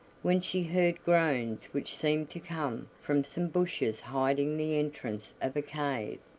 when she heard groans which seemed to come from some bushes hiding the entrance of a cave,